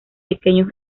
pequeños